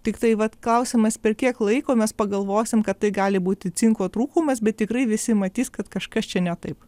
tiktai vat klausimas per kiek laiko mes pagalvosim kad tai gali būti cinko trūkumas bet tikrai visi matys kad kažkas čia ne taip